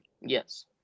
Yes